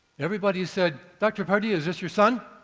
everybody said, dr. pardee, is this your son?